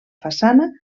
façana